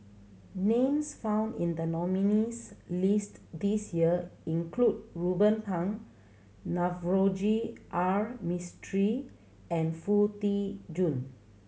names found in the nominees' list this year include Ruben Pang Navroji R Mistri and Foo Tee Jun